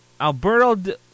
Alberto